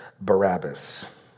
Barabbas